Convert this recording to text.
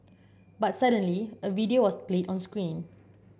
but suddenly a video was played on screen